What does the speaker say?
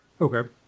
Okay